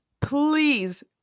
please